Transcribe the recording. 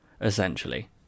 essentially